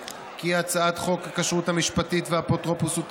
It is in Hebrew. קבעה כי הצעת חוק הכשרות המשפטית והאפוטרופסות (תיקון,